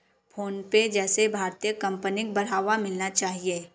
PhonePe जैसे भारतीय कंपनिक बढ़ावा मिलना चाहिए